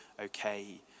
okay